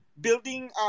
building